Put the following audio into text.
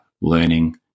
learning